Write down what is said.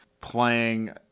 playing